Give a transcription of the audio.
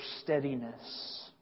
Steadiness